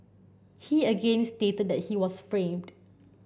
he again stated that he was framed